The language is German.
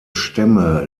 stämme